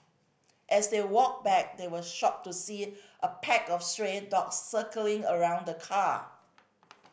as they walked back they were shocked to see it a pack of stray dogs circling around the car